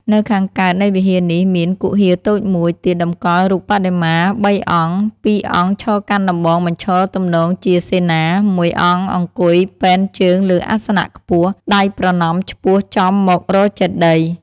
នៅខាងកើតនៃវិហារនេះ មានគុហាតូចមួយទៀតតម្កល់រូបបដិមាបីអង្គ ពីរអង្គឈរកាន់ដំបងបញ្ឈរទំនងជាសេនា មួយអង្គអង្គុយពែនជើងលើអាសនៈខ្ពស់ ដៃប្រណម្យឆ្ពោះចំមករកចេតិយ ។